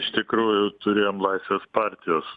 iš tikrųjų turėjom laisvės partijos